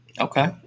Okay